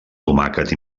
tomàquet